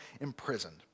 imprisoned